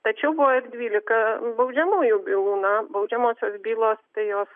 tačiau buvo ir dvylika baudžiamųjų bylų na baudžiamosios bylos tai jos